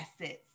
assets